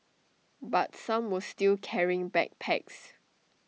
but some were still carrying backpacks